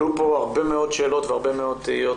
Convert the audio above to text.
עלו פה הרבה מאוד שאלות ותהיות.